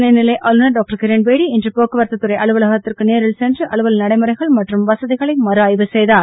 துணைநிலை ஆளுநர் டாக்டர் கிரண்பேடி இன்று புகுவை போக்குவரத்து துறை அலுவலகத்திற்கு நேரில் சென்று அலுவல் நடைமுறைகள் மற்றும் வசதிகளை மறுஆய்வு செய்தார்